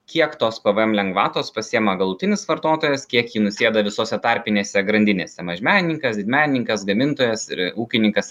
kiek tos pvm lengvatos pasiema galutinis vartotojas kiek ji nusėda visose tarpinėse grandinėse mažmenininkas didmenininkas gamintojas ir ūkininkas